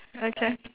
okay